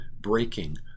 breaking